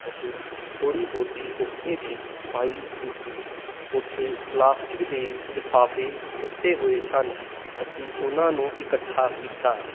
ਅਸੀਂ ਥੋੜ੍ਹੀ ਬਹੁਤੀ ਉੱਥੇ ਦੀ ਸਫਾਈ ਕੀਤੀ ਉੱਥੇ ਪਲਾਸਟਿਕ ਦੇ ਲਿਫਾਫੇ ਸੁੱਟੇ ਹੋਏ ਸਨ ਅਸੀਂ ਉਹਨਾਂ ਨੂੰ ਇਕੱਠਾ ਕੀਤਾ